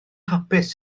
hapus